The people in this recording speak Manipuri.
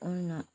ꯑꯣꯏꯅ